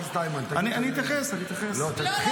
חבר הכנסת איימן --- אני אתייחס, אני אתייחס.